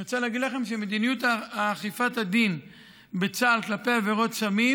אני רוצה להגיד לכם שמדיניות אכיפת הדין בצה"ל כלפי עבירות סמים